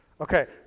Okay